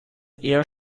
eher